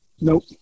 Nope